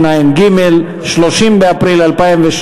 30 בעד, אין,